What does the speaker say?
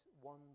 one